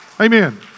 Amen